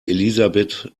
elisabeth